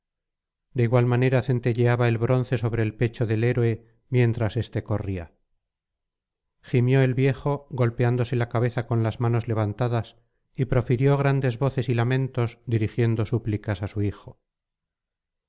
de igual manera centelleaba el bronce sobre el pecho del héroe mientras éste corría gimió el viejo golpeóse la cabeza con las manos levantadas y profirió grandes voces y lamentos dirigiendo súplicas á su hijo